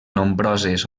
nombroses